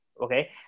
Okay